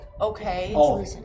okay